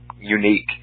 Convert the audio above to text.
unique